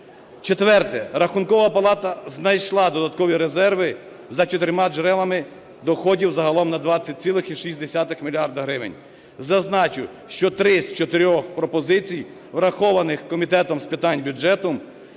Четверте. Рахункова палата знайшла додаткові резерви за чотирма джерелами доходів загалом на 20,6 мільярда гривень. Зазначу, що три з чотирьох пропозицій, врахованих Комітетом з питань бюджету,